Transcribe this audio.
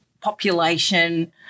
population